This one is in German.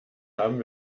haben